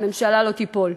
הממשלה לא תיפול.